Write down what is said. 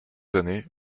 années